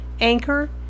Anchor